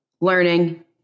learning